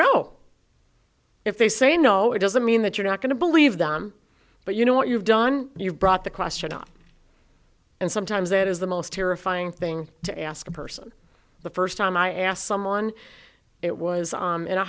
no if they say no it doesn't mean that you're not going to believe them but you know what you've done you've brought the question up and sometimes that is the most terrifying thing to ask a person the first time i asked someone it was on in a